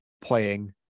playing